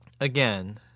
again